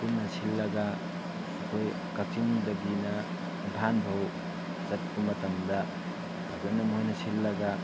ꯄꯨꯟꯅ ꯁꯤꯜꯂꯒ ꯑꯩꯈꯣꯏ ꯀꯥꯛꯆꯤꯡꯗꯒꯤꯅ ꯏꯝꯐꯥꯜꯐꯥꯎ ꯆꯠꯄ ꯃꯇꯝꯗ ꯐꯖꯅ ꯃꯣꯏꯅ ꯁꯤꯜꯂꯒ